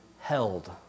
held